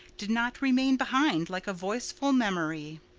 did not remain behind like a voiceful memory.